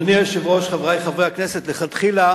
אדוני היושב-ראש, חברי חברי הכנסת, לכתחילה